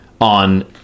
on